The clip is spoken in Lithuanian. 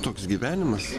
toks gyvenimas